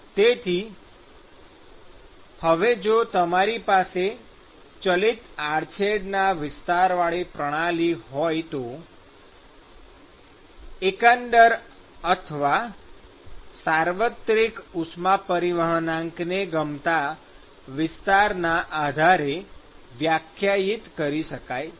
તેથી હવે જો તમારી પાસે ચલિત આડછેડના વિસ્તારવાળી પ્રણાલી હોય તો એકંદર અથવા સાર્વત્રિક ઉષ્મા પરિવહનાંક ને ગમતા વિસ્તારના આધારે વ્યાખ્યાયિત કરી શકાય છે